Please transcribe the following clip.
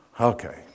Okay